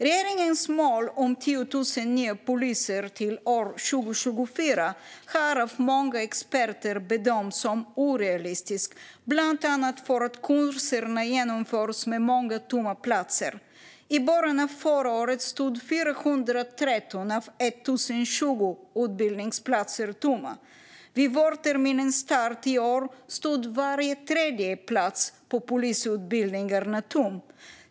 Regeringens mål om 10 000 nya poliser till 2024 har av många experter bedömts som orealistiskt, bland annat för att kurserna genomförs med många tomma platser. I början av förra året stod 413 av 1 020 utbildningsplatser tomma. Vid vårterminens start i år stod var tredje plats på polisutbildningarna tom.